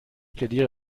plädiere